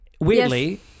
weirdly